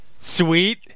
Sweet